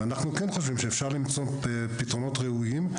ואנחנו כן חושבים שאפשר למצוא פתרונות ראויים,